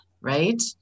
right